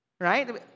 Right